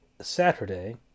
Saturday